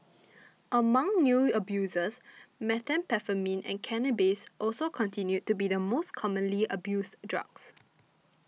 among new abusers methamphetamine and cannabis also continued to be the most commonly abused drugs